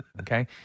okay